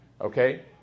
okay